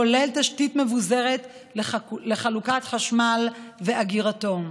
כולל תשתית מבוזרת לחלוקת חשמל ואגירתו.